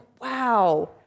wow